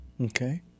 Okay